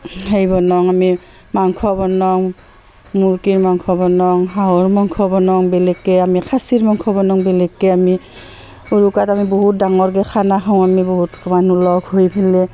সেই বনাওঁ আমি মাংস বনাওঁ মুৰ্গীৰ মাংস বনাওঁ হাঁহৰ মাংস বনাওঁ বেলেগকৈ আমি খাচীৰ মাংস বনাওঁ বেলেগকৈ আমি উৰুকাত আমি বহুত ডাঙৰকৈ খানা খাওঁ আমি বহুত মানুহ লগ হৈ পেলাই